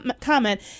comment